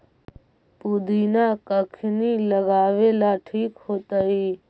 पुदिना कखिनी लगावेला ठिक होतइ?